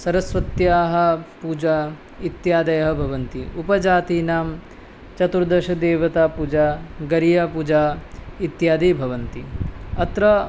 सरस्वत्याः पूजा इत्यादयः भवन्ति उपजातीनां चतुर्दशदेवतापूजा गरीयापूजा इत्यादि भवन्ति अत्र